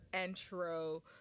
intro